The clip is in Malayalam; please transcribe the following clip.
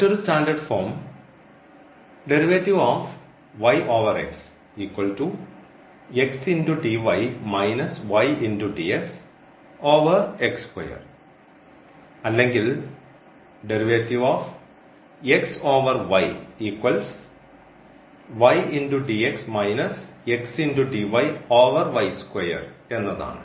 മറ്റൊരു സ്റ്റാൻഡേർഡ് ഫോം അല്ലെങ്കിൽ എന്നതാണ്